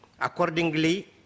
Accordingly